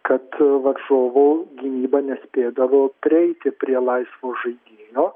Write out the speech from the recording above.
kad varžovų gynyba nespėdavo prieiti prie laisvo žaidėjo